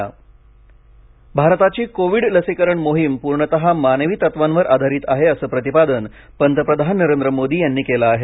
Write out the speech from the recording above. मोदी लस भारताची कोविड लसीकरण मोहीम पूर्णतः मानवी तत्त्वांवर आधारित आहे असं प्रतिपादन पंतप्रधान नरेंद्र मोदी यांनी केलं आहे